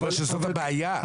אני אומר שזאת הבעיה.